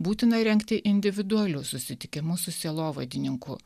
būtina rengti individualius susitikimus su sielovadininku